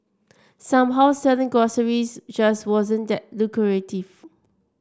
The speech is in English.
somehow selling groceries just wasn't that lucrative